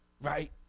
Right